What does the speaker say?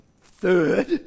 third